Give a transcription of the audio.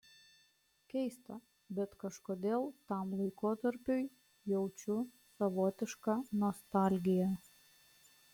keista bet kažkodėl tam laikotarpiui jaučiu savotišką nostalgiją